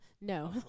No